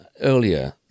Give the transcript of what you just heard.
earlier